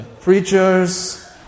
preachers